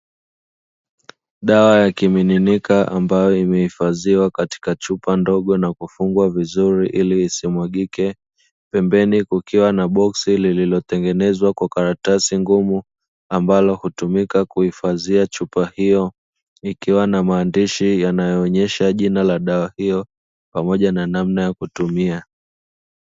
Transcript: Dawa ya kimiminika ambayo imehifadhiwa katika chupa ndogo na kufungwa vizuri ili isimwagike, pembeni kukiwa na boksi lililotengenezwa kwa karatasi ngumu ambalo hutumika kuhifadhia chupa hiyo, ikiwa na maandishi yanayoonyesha jina la dawa hiyo pamoja na namna ya kutumia.